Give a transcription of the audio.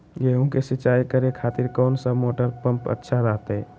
गेहूं के सिंचाई करे खातिर कौन सा मोटर पंप अच्छा रहतय?